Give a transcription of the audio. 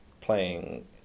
playing